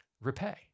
repay